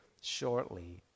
shortly